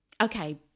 okay